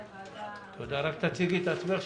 הנושא על סדר-היום: הצעת צו נתוני אשראי (אגרות) (תיקון),